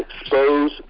Expose